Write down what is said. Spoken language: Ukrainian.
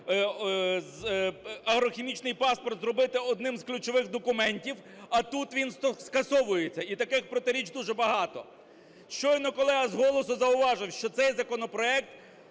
агрохімічний паспорт зробити одним з ключових документів, а тут він скасовується. І таких протиріч дуже багато. Щойно колега з голосу зауважив, що цей законопроект